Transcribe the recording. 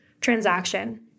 transaction